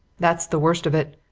that's the worst of it.